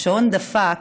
השעון דפק,